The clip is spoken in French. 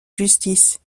justice